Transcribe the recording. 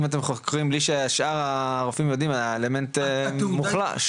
אם אתם חוקרים בלי ששאר הרופאים יודעים האלמנט מוחלש.